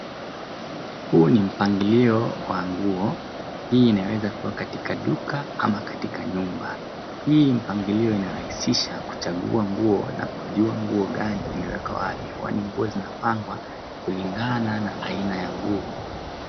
Huu ni mpangilio wa nguo, hii inaweza kua katika duka ama katika nyumba. Hii mpangilio inarahisisha kuchagua nguo na kujua nguo gani iko wapi, kwani nguo zinapangwa kulingana na aina ya nguo.